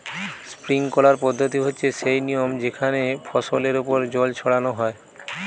sprinkler পদ্ধতি হচ্ছে সেই নিয়ম যেখানে ফসলের ওপর জল ছড়ানো হয়